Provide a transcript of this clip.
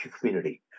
community